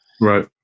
Right